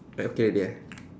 uh okay already ah